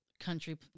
country